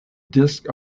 disc